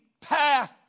path